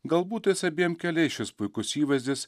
galbūt tais abiem keliais šis puikus įvaizdis